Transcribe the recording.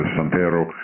Santero